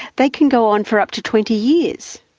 they can go on for up to twenty years.